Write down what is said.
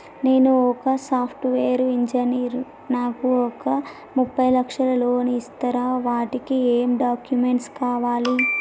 నేను ఒక software engineer నాకు ఒక ముప్పై లక్షల లోన్ ఇస్తరా? వాటికి ఏం డాక్యుమెంట్స్ కావాలి?